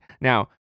now